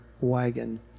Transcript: wagon